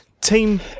Team